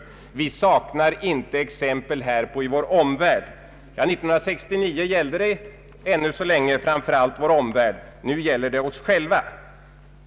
Vi saknar inte exempel härpå i vår omvärld.” År 1969 gällde det ännu så länge framför allt vår omvärld, nu gäller det oss själva.